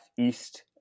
east